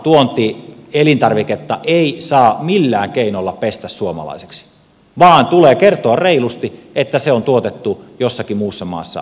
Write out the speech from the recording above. ulkomaista tuontielintarviketta ei saa millään keinolla pestä suomalaiseksi vaan tulee kertoa reilusti että se on tuotettu jossakin muussa maassa kuin suomessa